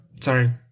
sorry